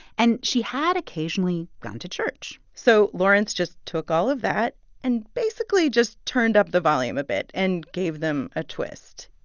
and she had occasionally gone to church so lawrence just took all of that and basically just turned up the volume a bit and gave them a twist.